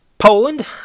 Poland